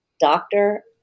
doctor